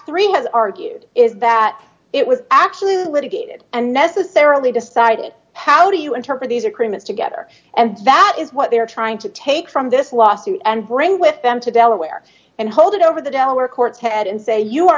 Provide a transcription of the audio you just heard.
three has argued is that it was actually litigated and necessarily decided how do you interpret these agreements together and that is what they are trying to take from this lawsuit and bring with them to delaware and hold it over the delaware courts head and say you are